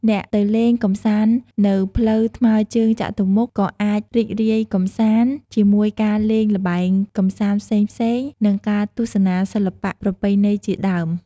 អ្នកទៅលេងកំសាន្ដនៅផ្លូវថ្មើរជើងចតុមុខ ក៏អាចរីករាយកម្សាន្ដជាមួយការលេងល្បែងកម្សាន្ដផ្សេងៗ និងការទស្សនាសិល្បៈប្រពៃណីជាដើម។